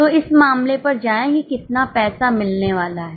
तो इस मामले पर जाएं कि कितना पैसा मिलने वाला है